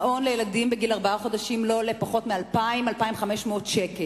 מעון לילדים בגיל ארבעה חודשים לא עולה פחות מ-2,500-2,000 שקל.